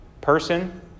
person